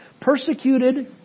persecuted